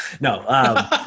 No